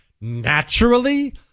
naturally